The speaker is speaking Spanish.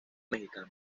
mexicano